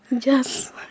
yes